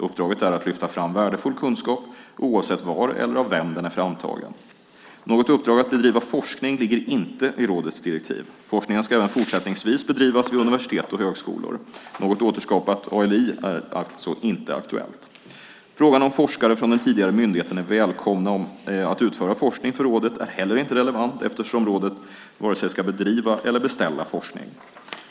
Uppdraget är att lyfta fram värdefull kunskap oavsett var eller av vem den är framtagen. Något uppdrag att bedriva forskning ligger inte i rådets direktiv. Forskningen ska även fortsättningsvis bedrivas vid universitet och högskolor. Något återskapat ALI är alltså inte aktuellt. Frågan om forskare från den tidigare myndigheten är välkomna att utföra forskning för rådet är heller inte relevant eftersom rådet varken ska bedriva eller beställa forskning.